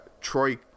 Troy